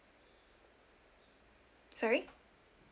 sorry